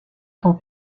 ton